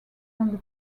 than